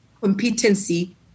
competency